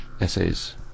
essays